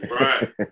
Right